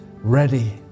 ready